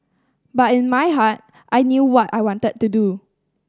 but in my heart I knew what I wanted to do